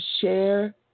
share